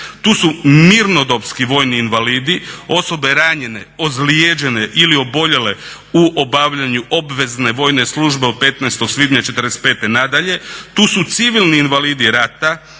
tu su mirnodopski vojni invalidi, osobe ranjene, ozlijeđene ili oboljele u obavljanju obvezne vojne službe od 15. svibnja '45 na dalje. Tu su civilni invalidi rata,